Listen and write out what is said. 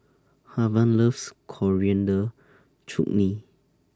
Haven loves Coriander Chutney